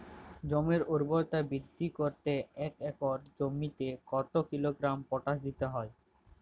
জমির ঊর্বরতা বৃদ্ধি করতে এক একর জমিতে কত কিলোগ্রাম পটাশ দিতে হবে?